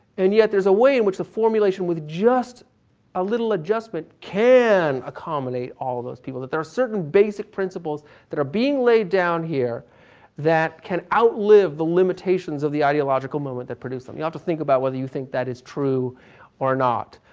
and yet there's a way in which the formulation with just with a little adjustment can accommodate all those people, that there are certain basic principles that are being laid down here that can outlive the limitations of the ideological moment that produced them. you'll have to think about whether you think that is true or not.